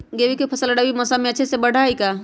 गेंहू के फ़सल रबी मौसम में अच्छे से बढ़ हई का?